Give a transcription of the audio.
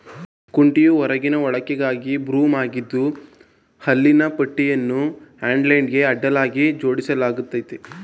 ಕುಂಟೆಯು ಹೊರಗಿನ ಬಳಕೆಗಾಗಿ ಬ್ರೂಮ್ ಆಗಿದ್ದು ಹಲ್ಲಿನ ಪಟ್ಟಿಯನ್ನು ಹ್ಯಾಂಡಲ್ಗೆ ಅಡ್ಡಲಾಗಿ ಜೋಡಿಸಲಾಗಯ್ತೆ